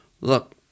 Look